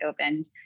opened